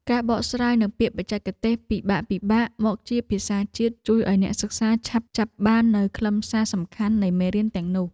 ការបកស្រាយនូវពាក្យបច្ចេកទេសពិបាកៗមកជាភាសាជាតិជួយឱ្យអ្នកសិក្សាឆាប់ចាប់បាននូវខ្លឹមសារសំខាន់នៃមេរៀនទាំងនោះ។